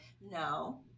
no